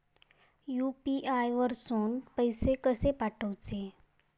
UPI वरसून पैसे कसे पाठवचे?